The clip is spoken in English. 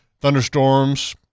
Thunderstorms